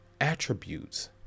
attributes